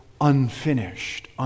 unfinished